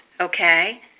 okay